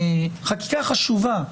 חקיקה חשובה,